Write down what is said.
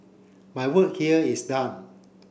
my work here is done